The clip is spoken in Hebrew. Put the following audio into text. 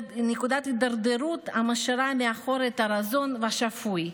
הידרדרות המשאירה מאחור את הרזון השפוי.